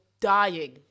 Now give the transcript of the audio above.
dying